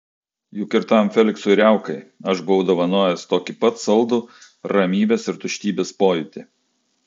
juk ir tam feliksui riaukai aš buvau dovanojęs tokį pat saldų ramybės ir tuštybės pojūtį